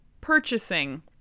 purchasing